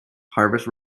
harvest